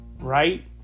Right